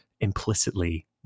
implicitly